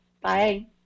Bye